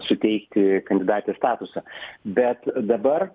suteikti kandidatės statusą bet dabar